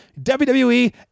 WWE